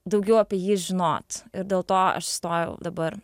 daugiau apie jį žinot ir dėl to aš įstojau dabar